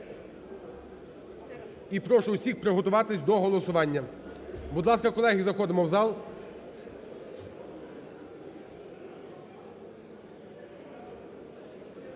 І прошу усіх приготуватись до голосування. Будь ласка, колеги, заходимо в зал.